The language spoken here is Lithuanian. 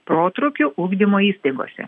protrūkių ugdymo įstaigose